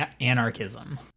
anarchism